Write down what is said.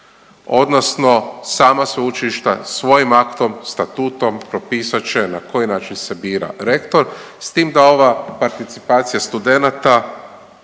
odnosno sama sveučilišta svojim aktom, statutom propisat će na koji način se bira rektor s tim da ova participacija studenata